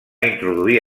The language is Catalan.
introduir